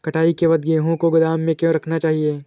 कटाई के बाद गेहूँ को गोदाम में क्यो रखना चाहिए?